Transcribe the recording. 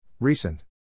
Recent